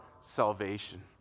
salvation